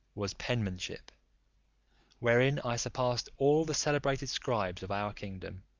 was penmanship wherein i surpassed all the celebrated scribes of our kingdom.